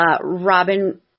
Robin